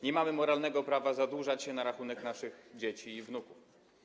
Nie mamy moralnego prawa zadłużać się na rachunek naszych dzieci i wnuków.